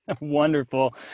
Wonderful